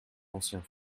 anciens